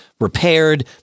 repaired